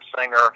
singer